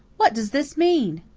what does this mean?